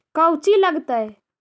कौची लगतय?